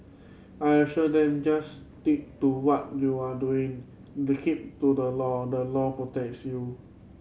I assured them just stick to what you are doing the keep to the law the law protects you